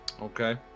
Okay